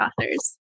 authors